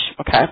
okay